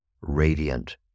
radiant